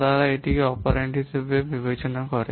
তা তারা এটিকে অপারেন্ড হিসাবে বিবেচনা করে